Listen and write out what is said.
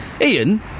Ian